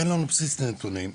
אין לנו בסיס נתונים,